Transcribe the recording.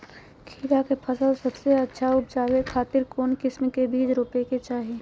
खीरा के फसल सबसे अच्छा उबजावे खातिर कौन किस्म के बीज रोपे के चाही?